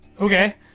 Okay